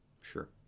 Sure